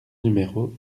numéro